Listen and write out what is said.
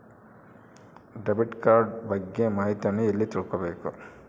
Debit card ಬಗ್ಗೆ ಮಾಹಿತಿಯನ್ನ ಎಲ್ಲಿ ತಿಳ್ಕೊಬೇಕು?